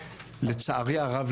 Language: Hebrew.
לצערי הרב,